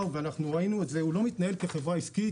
כשאנחנו יודעים שהדואר לא מתנהל כחברה עסקית,